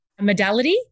modality